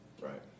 Right